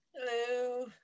Hello